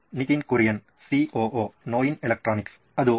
Nitin Kurian COO ನೋಯಿನ್ electronics ಅದು